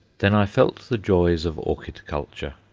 then i felt the joys of orchid culture.